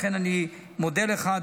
לכן אני מודה לך,